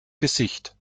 gesicht